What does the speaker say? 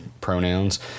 pronouns